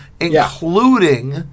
including